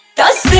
does